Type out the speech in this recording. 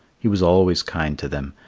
he was always kind to them,